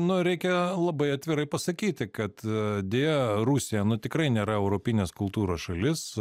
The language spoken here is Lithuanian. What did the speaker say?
nu reikia labai atvirai pasakyti kad deja rusija tikrai nėra europinės kultūros šalis